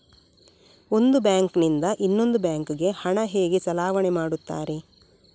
ಒಂದು ಬ್ಯಾಂಕ್ ನಿಂದ ಇನ್ನೊಂದು ಬ್ಯಾಂಕ್ ಗೆ ಹಣ ಹೇಗೆ ಚಲಾವಣೆ ಮಾಡುತ್ತಾರೆ?